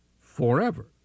forever